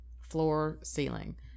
Floor-ceiling